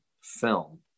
film